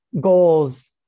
goals